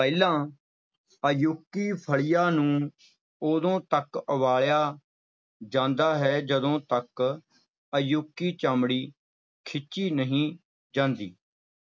ਪਹਿਲਾਂ ਅਜ਼ੂਕੀ ਫਲੀਆਂ ਨੂੰ ਉਦੋਂ ਤੱਕ ਉਬਾਲਿਆ ਜਾਂਦਾ ਹੈ ਜਦੋਂ ਤੱਕ ਅਜ਼ੂਕੀ ਚਮੜੀ ਖਿੱਚੀ ਨਹੀਂ ਜਾਂਦੀ